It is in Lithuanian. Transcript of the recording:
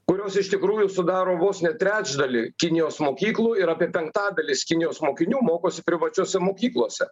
kurios iš tikrųjų sudaro vos ne trečdalį kinijos mokyklų ir apie penktadalis kinijos mokinių mokosi privačiose mokyklose